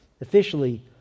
officially